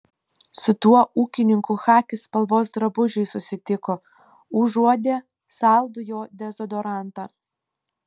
su tuo ūkininku chaki spalvos drabužiais susitiko užuodė saldų jo dezodorantą